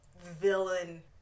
villain